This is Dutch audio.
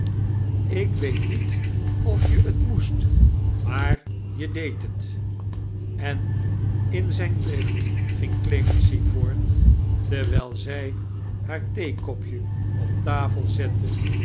ik weet niet of je t moest maar j deedt het en in zijn drift ging clemency voort terwijl zij haar theefcopj op tafel zette